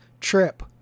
trip